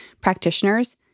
practitioners